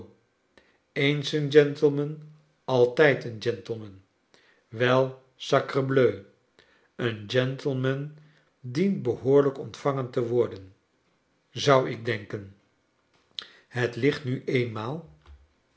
gentleman altijd een gentleman wei sacrebleu een gentleman dient behoorlijk ontvangen te worden zou ik denken het ligt nu eenmaal